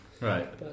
Right